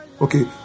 Okay